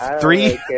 three